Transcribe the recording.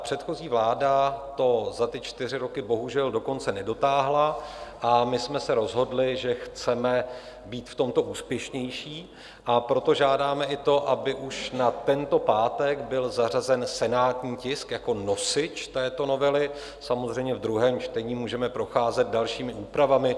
Předchozí vláda to za ty čtyři roky bohužel do konce nedotáhla a my jsme se rozhodli, že chceme být v tomto úspěšnější, a proto žádáme i to, aby už na tento pátek byl zařazen senátní tisk jako nosič této novely, samozřejmě v druhém čtení můžeme procházet dalšími úpravami.